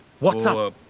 what's ah up?